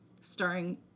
starring